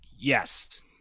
yes